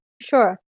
sure